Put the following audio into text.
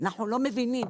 ואנחנו לא מבינים.